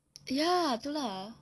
ya itu lah